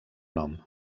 nom